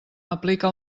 aplica